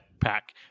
pack